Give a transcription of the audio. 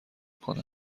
کنم